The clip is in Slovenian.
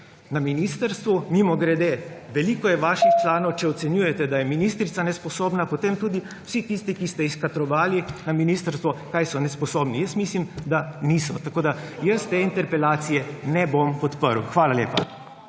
na ministrstvu, mimogrede, veliko je vaših članov, če ocenjujete, da je ministrica nesposobna, kaj so potem tudi vsi tisti, ki ste jih kadrovali na ministrstvo, nesposobni. Jaz mislim, da niso. Jaz te interpelacije ne bom podprl. Hvala lepa.